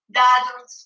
dados